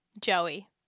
Joey